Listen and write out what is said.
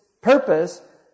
purpose